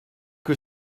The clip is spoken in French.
que